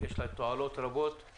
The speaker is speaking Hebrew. ואני